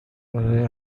برای